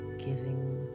giving